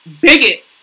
bigot